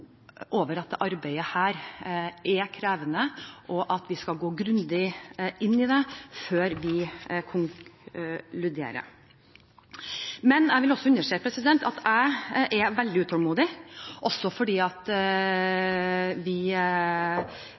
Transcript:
at vi skal gå grundig inn i det før vi konkluderer. Men jeg vil også understreke at jeg er veldig utålmodig, også fordi det er store utfordringer som vi